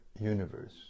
universe